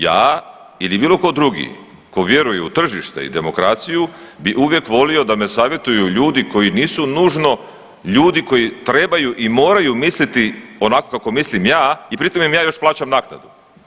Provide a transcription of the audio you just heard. Ja ili bilo tko drugi tko vjeruje u tržište i demokraciju bi uvijek volio da me savjetuju ljudi koji nisu nužno ljudi koji trebaju i morati misliti onako kako mislim ja i pri tom im ja još plaćam naknadu.